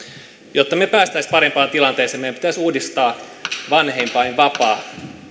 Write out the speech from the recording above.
jotta me pääsisimme parempaan tilanteeseen meidän pitäisi uudistaa vanhempainvapaa